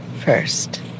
first